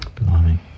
Blimey